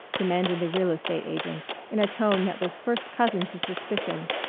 demanded the real-estate agent in a tone that was first cousin to suspicion.